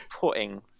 putting